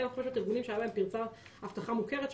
1,500 ארגונים שהייתה להם פרצת אבטחה מוכרת,